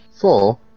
Four